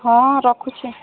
ହଁ ରଖୁଛି